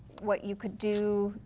what you could do,